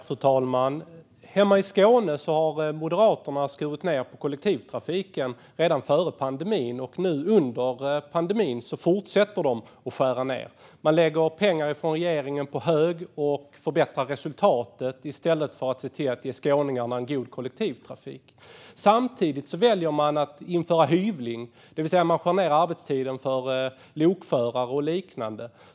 Fru talman! Hemma i Skåne skar Moderaterna redan före pandemin ned på kollektivtrafiken. Nu under pandemin fortsätter de att skära ned. De lägger pengar från regeringen på hög och förbättrar resultatet i stället för att ge skåningarna en god kollektivtrafik. Samtidigt väljer de att införa hyvling, det vill säga skära ned på arbetstiden, för lokförare och liknande.